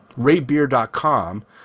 ratebeer.com